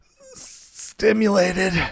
stimulated